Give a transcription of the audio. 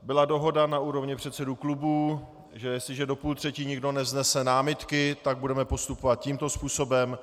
Byla dohoda na úrovni předsedů klubů, že jestliže do půl třetí nikdo nevznese námitky, budeme postupovat tímto způsobem.